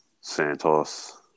Santos